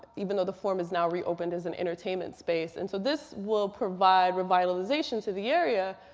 even though the forum is now reopened as an entertainment space. and so this will provide revitalization to the area.